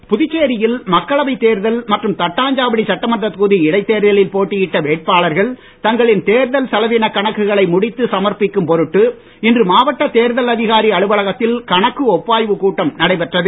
தேர்தல் கணக்கு புதுச்சேரியில் மக்களவைத் தேர்தல் மற்றும் தட்டாஞ்சாவடி சட்டமன்ற தொகுதி இடைத்தேர்தலில் போட்டியிட்ட வேட்பாளர்கள் தங்களின் தேர்தல் செலவினக் கணக்குகளை முடித்து சமர்ப்பிக்கும் பொருட்டு இன்று மாவட்ட தேர்தல் அதிகாரி அலுவலகத்தில் கணக்கு ஒப்பாய்வுக் கூட்டம் நடைபெற்றது